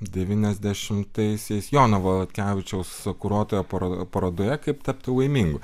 devyniasdešimtaisiais jono valatkevičiaus kuruotoje parodoje parodoje kaip tapti laimingu